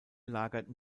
lagerten